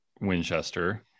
Winchester